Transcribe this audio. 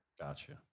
Gotcha